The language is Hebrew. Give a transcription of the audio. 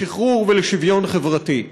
לשחרור ולשוויון חברתי.